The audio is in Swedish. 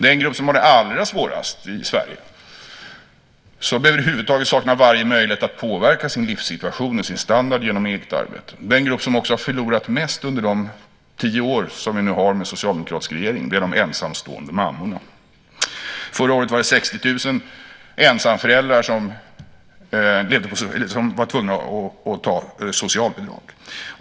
Den grupp som har det allra svårast i Sverige och som över huvud taget saknar varje möjlighet att påverka sin livssituation och sin standard genom eget arbete, den grupp som också har förlorat mest under de tio år som vi nu har haft med socialdemokratisk regering, är de ensamstående mammorna. Förra året var det 60 000 ensamföräldrar som var tvungna att ta socialbidrag.